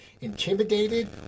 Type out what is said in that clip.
intimidated